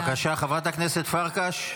בבקשה, חברת הכנסת פרקש.